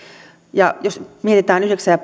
ja sitä jos mietitään yhdeksää ja